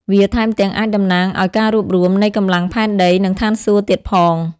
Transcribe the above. វាថែមទាំងអាចតំណាងឲ្យការរួបរួមនៃកម្លាំងផែនដី និងស្ថានសួគ៌ទៀតផង។